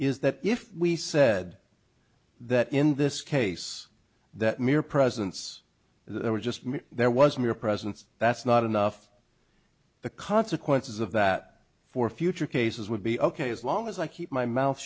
is that if we said that in this case that mere presence there was just me there was mere presence that's not enough the consequences of that for future cases would be ok as long as i keep my mouth